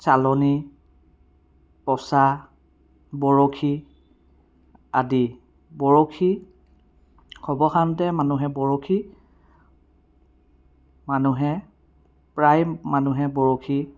চালনী পছা বৰশী আদি বৰশী সৰ্বসাধাৰণতে মানুহে বৰশী মানুহে প্ৰায় মানুহে বৰশী